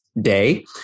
day